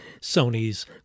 Sony's